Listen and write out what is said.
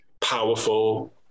powerful